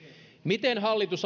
miten hallitus aikoo turvata